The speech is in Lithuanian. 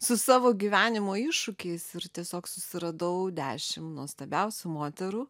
su savo gyvenimo iššūkiais ir tiesiog susiradau dešim nuostabiausių moterų